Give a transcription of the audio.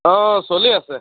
অঁ চলি আছে